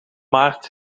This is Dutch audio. maart